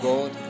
God